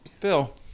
Phil